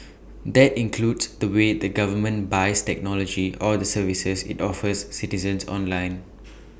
that includes the way the government buys technology or the services IT offers citizens online